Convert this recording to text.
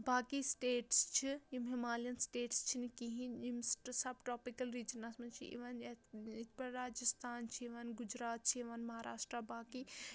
باقٕے سِٹیٹٕس چھِ یِم ہِمالین سِٹیٹٕس چھِنہٕ کِہیٖنٛۍ یِم سب ٹاپِکل رِجنس منٛز چھِ یِوان یتھ یِتھٕ پٲٹھۍ راجِستھان چھِ یِوان گُجرات چھِ یِوان مہاراشٹرا باقٕے